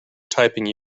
typing